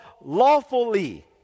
lawfully